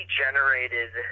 generated